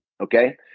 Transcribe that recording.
Okay